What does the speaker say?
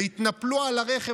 והתנפלו על הרכב.